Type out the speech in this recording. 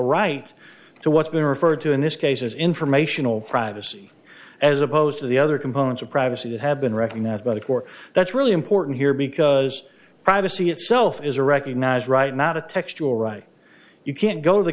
right to what's been referred to in this case as informational privacy as opposed to the other components of privacy that have been recognized by the court that's really important here because privacy itself is a recognized right not a textual right you can't go to the